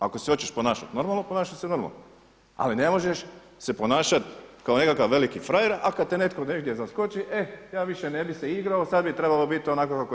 Ako se hoćeš ponašati normalno ponašaj se normalno ali ne možeš se ponašati kao nekakav veliki frajer a kada te netko negdje zaskoči e ja više ne bi se igrao, sada bi trebalo biti onako kako ja.